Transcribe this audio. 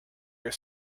your